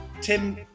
Tim